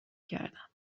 کردم